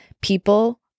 people